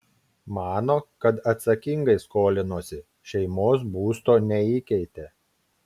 mano kad atsakingai skolinosi šeimos būsto neįkeitė